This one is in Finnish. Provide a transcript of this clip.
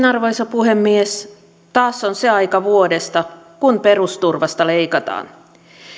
arvoisa puhemies taas on se aika vuodesta kun perusturvasta leikataan